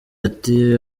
ati